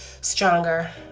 stronger